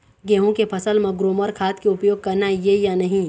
गेहूं के फसल म ग्रोमर खाद के उपयोग करना ये या नहीं?